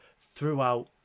throughout